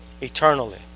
eternally